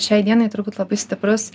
šiai dienai turbūt labai stiprus